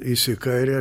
jis į kairę